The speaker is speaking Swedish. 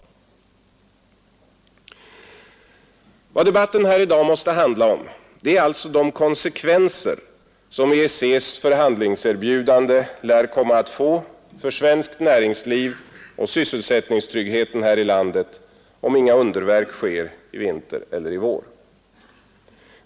Vad dagens debatt måste handla om är alltså de konsekvenser, som EEC ss förhandlingserbjudande lär komma att få för svenskt näringsliv och sysselsättningstryggheten här i landet, om inga underverk sker i vinter eller i vår.